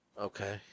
Okay